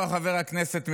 תסתכלו על הממשלה הזאת,